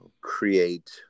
create